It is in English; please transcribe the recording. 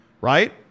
Right